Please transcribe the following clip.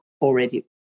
already